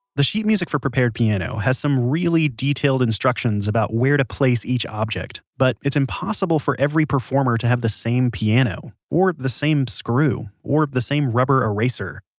the sheet music for prepared piano has some really detailed instructions about where to place each object. but it's impossible for every performer to have the same piano, or the same screw, or the same rubber eraser.